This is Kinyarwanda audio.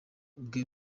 bwe